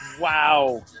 Wow